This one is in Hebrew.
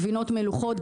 גבינות מלוחות,